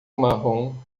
marrom